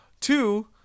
Two